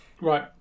Right